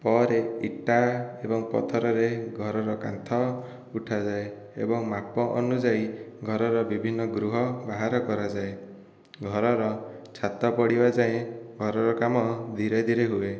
ପରେ ଇଟା ଏବଂ ପଥରରେ ଘରର କାନ୍ଥ ଉଠାଯାଏ ଏବଂ ମାପ ଅନୁଯାୟୀ ଘରର ବିଭିନ୍ନ ଗୃହ ବାହାର କରାଯାଏ ଘରର ଛାତ ପଡ଼ିବା ଯାଏଁ ଘରର କାମ ଧୀରେ ଧୀରେ ହୁଏ